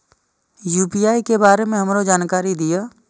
UPI के बारे में हमरो जानकारी दीय?